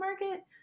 market